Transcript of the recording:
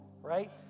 right